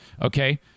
Okay